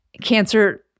cancer